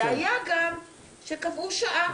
והיה גם שקבעו שעה.